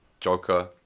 Joker